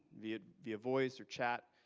via via voice, or chat,